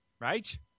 Right